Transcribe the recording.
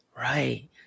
right